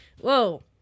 Whoa